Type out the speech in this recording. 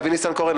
אבי ניסנקורן.